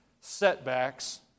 setbacks